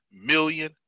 million